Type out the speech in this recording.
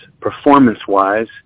performance-wise